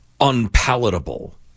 unpalatable